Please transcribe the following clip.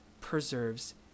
preserves